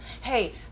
hey